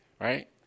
right